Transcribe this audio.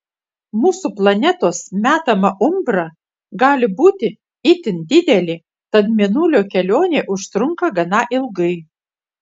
mūsų planetos metama umbra gali būti itin didelė tad mėnulio kelionė užtrunka gana ilgai